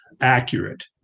accurate